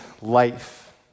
Life